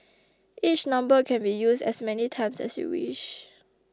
each number can be used as many times as you wish